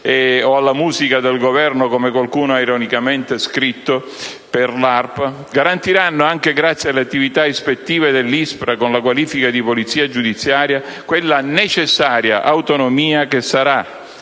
o alla musica del Governo, come qualcuno ha ironicamente scritto per l'ARPA, garantiranno anche grazie alle attività ispettive dell'ISPRA, con la qualifica di polizia giudiziaria, quella necessaria autonomia che sarà